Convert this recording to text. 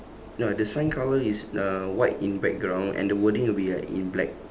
no the sign colour is uh white in background and the wording will be like in black